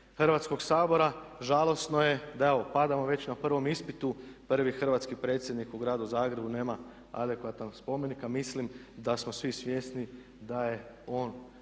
Hrvatskog sabora. Žalosno je da evo padamo već na prvom ispitu. Prvi hrvatski predsjednik u gradu Zagrebu nema adekvatan spomenik, a mislim da smo svi svjesni da je on